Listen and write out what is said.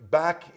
back